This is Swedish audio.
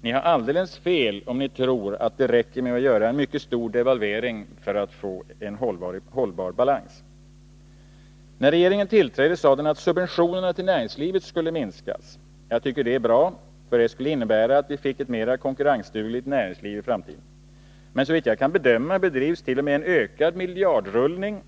Ni har alldeles fel om ni tror att det räcker med att genomföra en mycket stor devalvering för att få en hållbar balans. När regeringen tillträdde, sade den att subventionerna till näringslivet skulle minskas. Jag tycker det är bra, för det skulle innebära att vi fick ett mer konkurrensdugligt näringsliv i framtiden. Men såvitt jag kan bedöma bedrivs t.o.m. en ökad miljardrullning